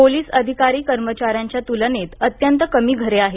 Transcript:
police अधिकारी कर्मचाऱ्यांच्या तुलनेत अत्यंत कमी घरे आहेत